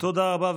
תודה רבה.